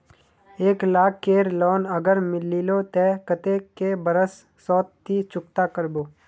एक लाख केर लोन अगर लिलो ते कतेक कै बरश सोत ती चुकता करबो?